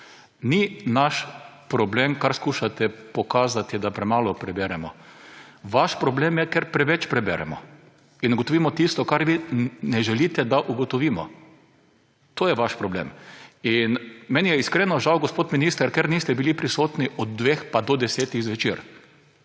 Ni naš problem, kar skušate pokazati, da premalo preberemo. Vaš problem je, ker preveč preberemo in ugotovimo tisto, kar vi ne želite, da ugotovimo. To je vaš problem. In meni je iskreno žal, gospod minister, ker niste bili prisotni od dveh pa do desetih zvečer.